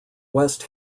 west